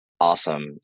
Awesome